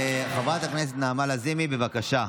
חברת הכנסת נעמה לזימי, בבקשה.